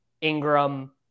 Ingram